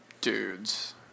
dudes